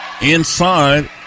Inside